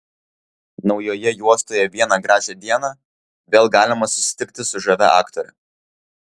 naujoje juostoje vieną gražią dieną vėl galima susitikti su žavia aktore